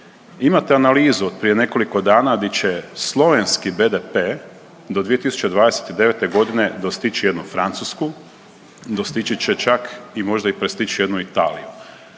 Imate analizu od prije nekoliko dana di će slovenski BDP do 2029.g. dostići jednu Francusku, dostići će čak i možda i prestić jednu Italiju,